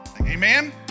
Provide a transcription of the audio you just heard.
Amen